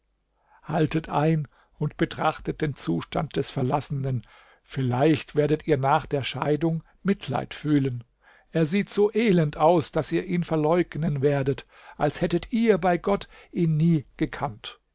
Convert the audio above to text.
haltet ein und betrachtet den zustand des verlassenen vielleicht werdet ihr nach der scheidung mitleid fühlen er sieht so elend aus daß ihr ihn verleugnen werdet als hättet ihr bei gott ihn nie gekannt